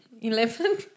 eleven